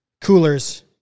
coolers